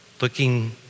looking